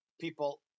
people